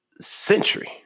century